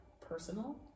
personal